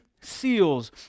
seals